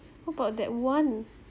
what about that one